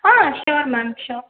ah sure ma'am sure